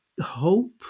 hope